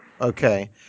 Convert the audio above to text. Okay